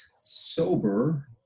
sober